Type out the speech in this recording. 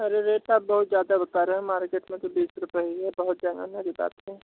अरे रेट आप बहुत ज़्यादा बता रहे है मार्किट मै तो बीस रुपए ही है बहुत